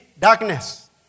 darkness